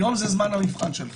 היום זה זמן המבחן שלך,